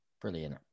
Brilliant